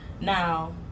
Now